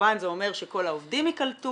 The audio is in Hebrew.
כמובן זה אומר שכל העובדים יקלטו